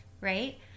right